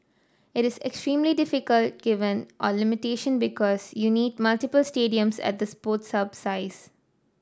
it is extremely difficult given our limitation because you need multiple stadiums at the Sports Hub size